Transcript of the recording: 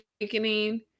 awakening